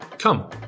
Come